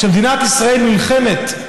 כשמדינת ישראל נלחמת,